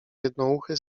jednouchy